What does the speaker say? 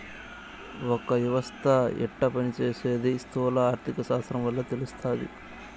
ఒక యవస్త యెట్ట పని సేసీది స్థూల ఆర్థిక శాస్త్రం వల్ల తెలస్తాది